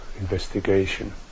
investigation